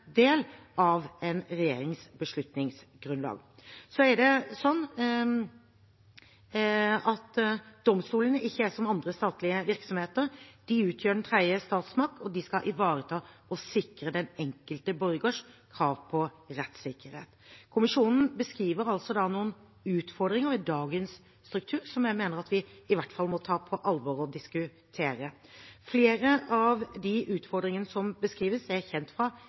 del av en regjerings beslutningsgrunnlag. Domstolene er ikke som andre statlige virksomheter. De utgjør den tredje statsmakt og skal ivareta og sikre den enkelte borgers krav på rettssikkerhet. Kommisjonen beskriver noen utfordringer ved dagens struktur som jeg mener at vi i hvert fall må ta på alvor og diskutere. Flere av de utfordringene som beskrives, er kjent fra